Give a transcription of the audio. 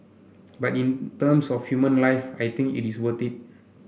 but in terms of human life I think it is worth it